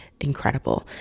Incredible